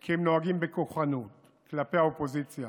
כי הם נוהגים בכוחנות כלפי האופוזיציה.